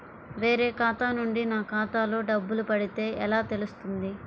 వేరే ఖాతా నుండి నా ఖాతాలో డబ్బులు పడితే ఎలా తెలుస్తుంది?